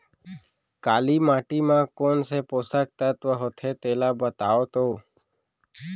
काली माटी म कोन से पोसक तत्व होथे तेला बताओ तो?